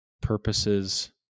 purposes